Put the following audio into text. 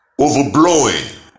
overblowing